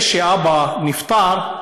מה היא צריכה, זה שהאבא נפטר,